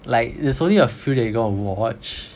like it's only a few that you're gonna watch